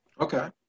Okay